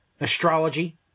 astrology